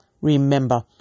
Remember